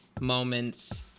moments